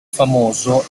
famoso